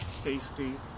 safety